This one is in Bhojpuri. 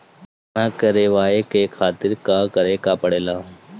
बीमा करेवाए के खातिर का करे के पड़ेला?